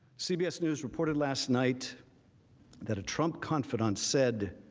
cbs news reported last night that a trump confident said